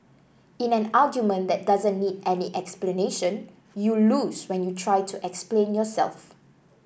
in an argument that doesn't need any explanation you lose when you try to explain yourself